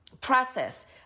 process